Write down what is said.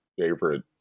favorite